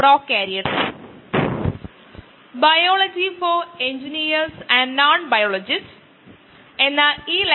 സാധാരണ bio reactor operating മോഡുകളുടെ വിശകലനം